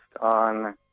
on